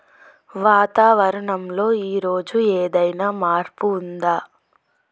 వాతావరణం లో ఈ రోజు ఏదైనా మార్పు ఉందా?